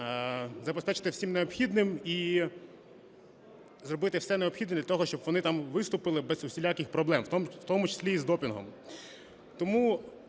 забезпечити всім необхідним і зробити все необхідне для того, щоб вони там виступили без усіляких проблем, у тому числі і з допінгом.